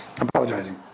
apologizing